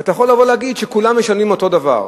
ואתה יכול לבוא ולהגיד שכולם משלמים אותו דבר.